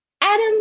Adam